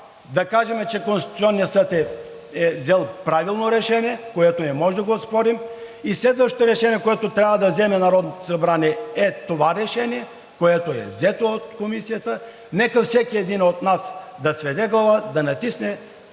да кажем, че Конституционният съд е взел правилно решение, което не можем да оспорим, и следващото решение, което трябва да вземе Народното събрание, е това решение, което е взето от Комисията – нека всеки един от нас да сведе глава, да натисне